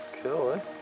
Cool